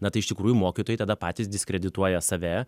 na tai iš tikrųjų mokytojai tada patys diskredituoja save